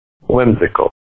Whimsical